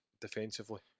defensively